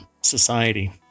society